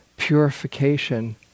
purification